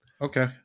Okay